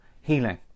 healing